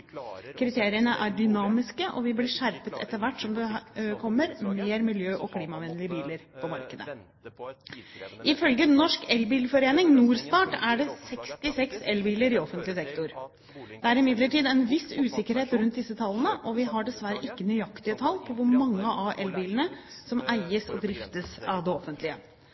Kriteriene er dynamiske, og vil bli skjerpet etter hvert som det kommer mer miljø- og klimavennlige biler på markedet. Ifølge Norsk Elbilforening, Norstart, er det 66 elbiler i offentlig sektor. Det er imidlertid en viss usikkerhet rundt disse tallene, og vi har dessverre ikke nøyaktige tall på hvor mange av elbilene som eies og driftes av det offentlige.